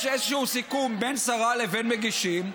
יש איזשהו סיכום בין שרה לבין מגישים,